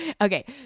Okay